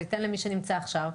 זה ייתן למי שנמצא עכשיו,